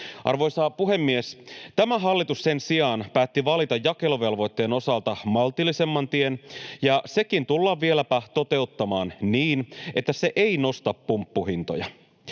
Arvoisa puhemies, tämä hallitus sen sijaan päätti valita jakeluvelvoitteen osalta maltillisemman tien, ja sekin tullaan vieläpä toteuttamaan niin, että se ei nosta pumppuhintoja